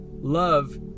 love